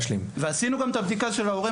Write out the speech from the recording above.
ועשינו גם את הבדיקה של ההורה.